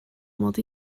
mod